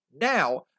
now